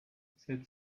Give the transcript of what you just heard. sept